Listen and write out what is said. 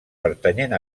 pertanyent